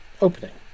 opening